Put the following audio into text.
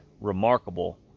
remarkable